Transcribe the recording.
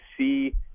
see